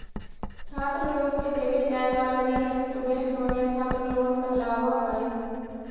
छात्र लोग के देवे जाए वाला ऋण स्टूडेंट लोन या छात्र लोन कहलावऽ हई